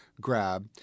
grab